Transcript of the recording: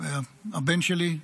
הבן שלי,